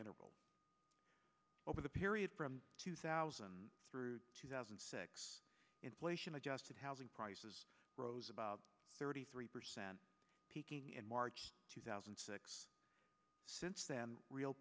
intervals over the period from two thousand through two thousand and six inflation adjusted housing prices rose about thirty three percent peaking in march two thousand and six since then real